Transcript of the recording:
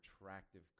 attractive